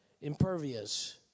impervious